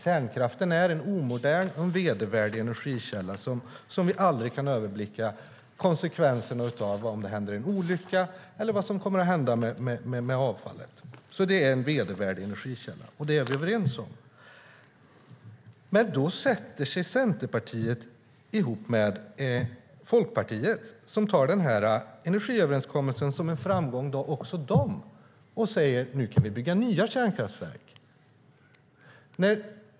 Kärnkraften är en omodern och vedervärdig energikälla som vi aldrig kan överblicka konsekvenserna av om det händer en olycka eller vad som kommer att hända med avfallet. Det är en vedervärdig energikälla, och det är vi överens om. Men då sätter sig Centerpartiet ihop med Folkpartiet, som också de tar denna energiöverenskommelse som en framgång och säger: Nu kan vi bygga nya kärnkraftverk!